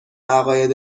عقاید